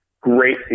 great